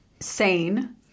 sane